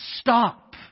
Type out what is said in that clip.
stop